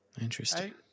Interesting